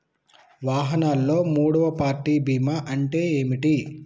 వాహనాల్లో మూడవ పార్టీ బీమా అంటే ఏంటి?